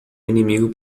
inimigo